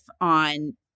on